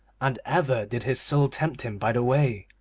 and ever did his soul tempt him by the way,